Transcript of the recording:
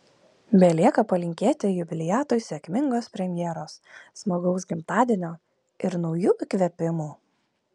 belieka palinkėti jubiliatui sėkmingos premjeros smagaus gimtadienio ir naujų įkvėpimų